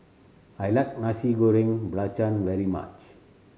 I like Nasi Goreng Belacan very much